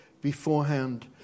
beforehand